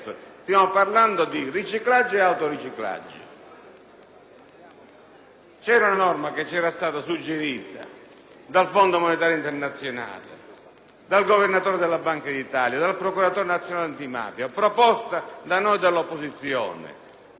di una norma che ci era stata suggerita dal Fondo monetario internazionale, dal Governatore della Banca d'Italia, dal procuratore nazionale antimafia, proposta da noi dell'opposizione, proposta dalla Commissione antimafia all'unanimità nella scorsa legislatura,